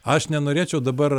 aš nenorėčiau dabar